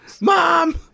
Mom